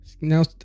Now